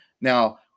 now